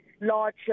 large